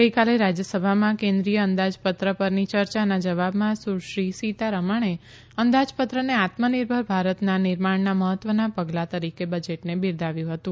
ગઇકાલે રાજ્યસભામાં કેન્દ્રીય અંદાજપત્ર પરની ચર્ચાના જવાબમાં સુશ્રી સીતારમણે અંદાજપત્રને આત્મનિર્ભર ભારતના નિર્માણના મહત્વના પગલા તરીકે બજેટને બિરદાવ્યું હતું